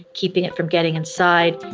keeping it from getting inside,